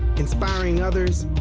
inspiring others,